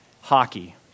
hockey